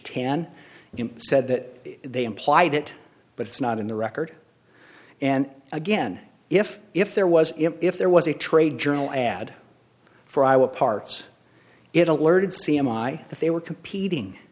ten you said that they implied it but it's not in the record and again if if there was if there was a trade journal ad for iowa parts it alerted c m i if they were competing